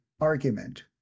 argument